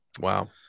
Wow